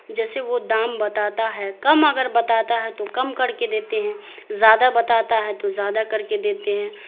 جیسے وہ دام بتاتا ہے کم اگر بتاتا ہے تو کم کر کے دیتے ہیں زیادہ بتاتا ہے تو زیادہ کر کے دیتے ہیں